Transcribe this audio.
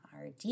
RD